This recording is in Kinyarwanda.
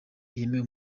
yemewe